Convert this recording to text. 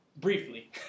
Briefly